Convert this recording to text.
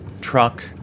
truck